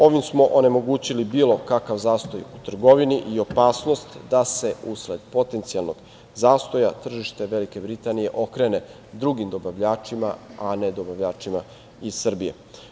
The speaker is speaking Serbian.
Ovim smo onemogućili bilo kakav zastoj u trgovini i opasnost da se usled potencijalnog zastoja tržište Velike Britanije okrene drugim dobavljačima, a ne dobavljačima iz Srbije.